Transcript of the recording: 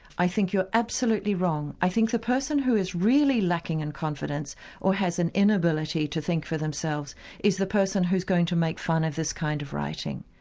i think you're absolutely wrong. i think the person who is really lacking in confidence or has an inability to think for themselves is the person who's going to make fun of this kind of writing.